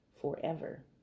forever